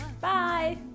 Bye